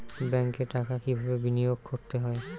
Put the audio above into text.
ব্যাংকে টাকা কিভাবে বিনোয়োগ করতে হয়?